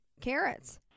carrots